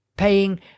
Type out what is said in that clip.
paying